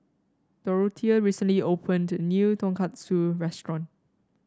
Dorothea recently opened a new Tonkatsu restaurant